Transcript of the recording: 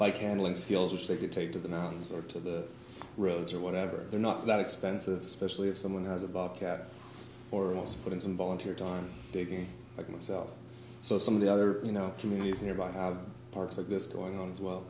bike handling skills which they can take to the mountains or to the roads or whatever they're not that expensive especially if someone has a bobcat or else put in some volunteer time digging like myself so some of the other you know communities nearby have parks like this going on as well